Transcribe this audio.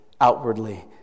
outwardly